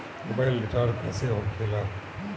Mobile recharge कैसे होखे ला?